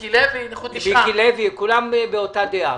כולם באותה דעה.